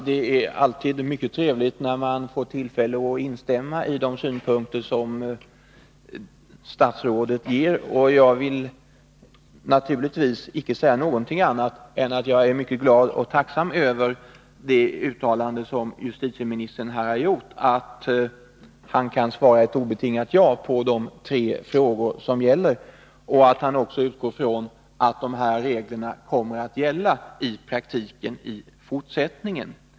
Det är alltid mycket trevligt när man får tillfälle att instämma ide synpunkter som statsrådet anför, och jag vill naturligtvis icke säga något annat än att jag är mycket glad och tacksam över det uttalande som justitieministern här har gjort, att han kan svara ett obetingat ja på de tre frågor det gäller och att han också utgår från att dessa regler i fortsättningen kommer att gälla i praktiken.